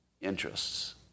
interests